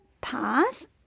pass